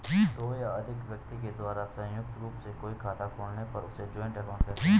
दो या अधिक व्यक्ति के द्वारा संयुक्त रूप से कोई खाता खोलने पर उसे जॉइंट अकाउंट कहते हैं